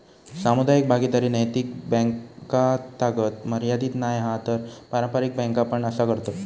सामुदायिक भागीदारी नैतिक बॅन्कातागत मर्यादीत नाय हा तर पारंपारिक बॅन्का पण असा करतत